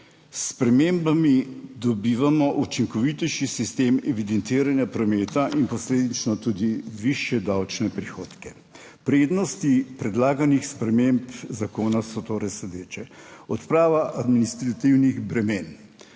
S spremembami dobivamo učinkovitejši sistem evidentiranja prometa in posledično tudi višje davčne prihodke. Prednosti predlaganih sprememb zakona so torej sledeče: Odprava administrativnih bremen